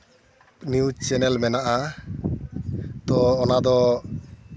news channel ᱢᱮᱱᱟᱜᱼᱟ ᱛᱚ ᱚᱱᱟᱫᱚ